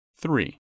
Three